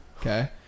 Okay